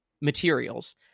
materials